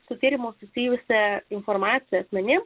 su tyrimu susijusią informaciją asmenims